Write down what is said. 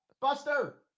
Buster